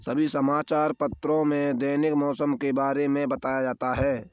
सभी समाचार पत्रों में दैनिक मौसम के बारे में बताया जाता है